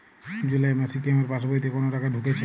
জুলাই মাসে কি আমার পাসবইতে কোনো টাকা ঢুকেছে?